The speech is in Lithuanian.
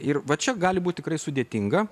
ir va čia gali būti tikrai sudėtinga